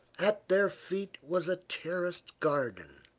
at their feet was a terraced garden,